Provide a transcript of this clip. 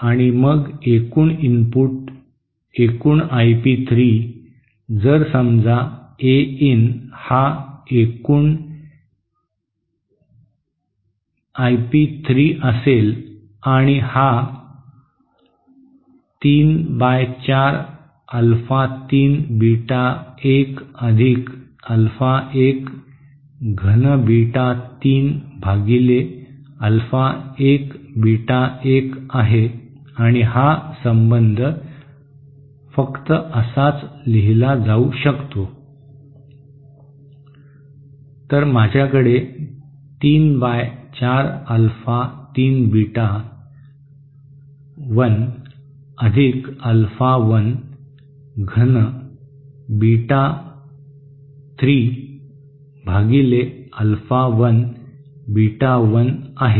आणि मग एकूण इनपुट एकूण आय पी 3 जर समजा ए इन हा एकूण मी पी 3 असेल आणि हा 3 बाय 4 अल्फा 3 बीटा 1 अधिक अल्फा 1 घन बीटा 3 भागिले अल्फा 1 बीटा 1 आहे आणि हा संबंध फक्त असाच लिहिला जाऊ शकतो तर माझ्याकडे 3 बाय 4 अल्फा 3 बीटा 1 अधिक अल्फा 1 घन बीटा 3 भागिले अल्फा 1 बीटा 1 आहे